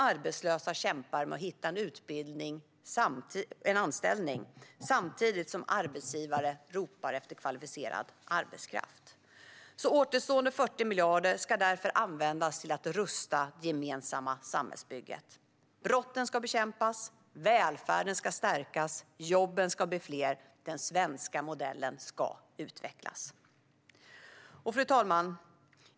Arbetslösa kämpar med att hitta en anställning, samtidigt som arbetsgivare ropar efter kvalificerad arbetskraft. Återstående 40 miljarder ska därför användas till att rusta det gemensamma samhällsbygget. Brotten ska bekämpas, välfärden ska stärkas och jobben ska bli fler. Den svenska modellen ska utvecklas. Fru talman!